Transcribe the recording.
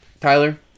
tyler